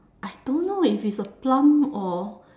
I don't know if it's a plum or